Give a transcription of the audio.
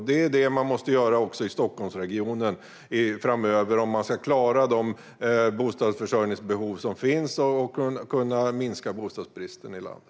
Det måste man även göra i Stockholmsregionen framöver om man ska klara av de bostadsförsörjningsbehov som finns och kunna minska bostadsbristen i landet.